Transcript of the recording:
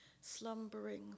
slumbering